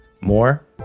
More